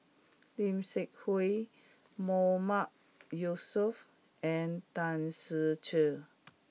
Lim Seok Hui Mahmood Yusof and Tan Ser Cher